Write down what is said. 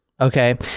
Okay